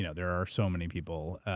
yeah there are so many people,